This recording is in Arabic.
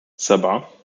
سبعة